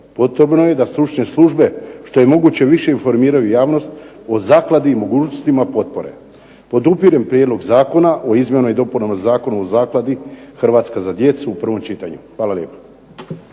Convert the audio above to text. Potrebno je da stručne službe što je moguće više informiraju javnost o zakladi i mogućnostima potpore. Podupirem prijedlog zakona o izmjenama i dopunama Zakona o zakladi "Hrvatska za djecu" u prvom čitanju. Hvala lijepa.